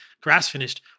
grass-finished